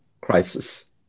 crisis